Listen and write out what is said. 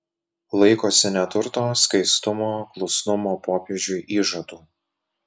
laikosi neturto skaistumo klusnumo popiežiui įžadų